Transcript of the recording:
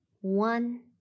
one